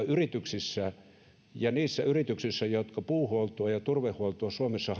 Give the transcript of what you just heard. yrityksissä ja niissä yrityksissä jotka puuhuoltoa ja turvehuoltoa suomessa